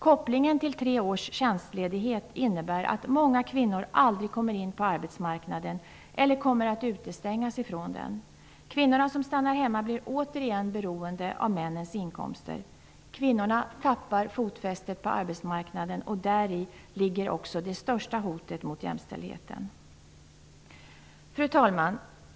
Kopplingen till tre års tjänstledighet innebär att många kvinnor aldrig kommer in på arbetsmarknaden eller kommer att utestängas från den. Kvinnorna som stannar hemma blir återigen beroende av männnens inkomster. Kvinnorna tappar fotfästet på arbetsmarknaden, och däri ligger också det största hotet mot jämställdheten. Fru talman!